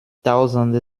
tausende